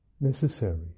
necessary